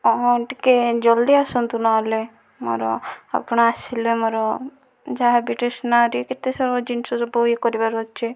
ହଁ ହଁ ଟିକେ ଜଲଦି ଆସନ୍ତୁ ନ ହେଲେ ମୋ'ର ଆପଣ ଆସିଲେ ମୋ'ର ଯାହା ବି ଷ୍ଟେସନେରୀ କେତେ ସବୁ ଜିନିଷ ସବୁ ଇଏ କରିବାର ଅଛି